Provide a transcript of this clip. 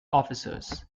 officers